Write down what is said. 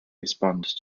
respond